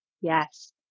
Yes